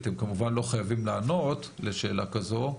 אתם כמובן לא חייבים לענות לשאלה הזו,